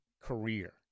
career